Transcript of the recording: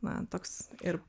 na toks ir